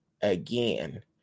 again